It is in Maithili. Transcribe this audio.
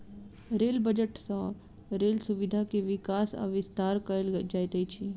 रेल बजट सँ रेल सुविधा के विकास आ विस्तार कयल जाइत अछि